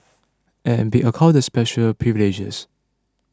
and be accorded special privileges